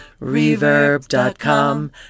Reverb.com